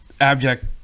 abject